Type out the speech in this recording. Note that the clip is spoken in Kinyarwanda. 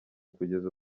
kugeza